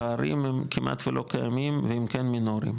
הפערים הם כמעט ולא קיימים ואם כן הם מינוריים,